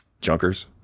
junkers